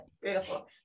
Beautiful